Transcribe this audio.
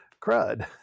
crud